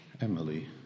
Emily